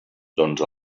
doncs